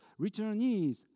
returnees